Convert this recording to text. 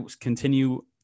continue –